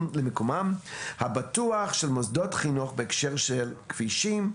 למיקומם הבטוח של מוסדות חינוך בהקשר של כבישים,